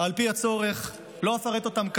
על פי הצורך, לא אפרט אותן כאן,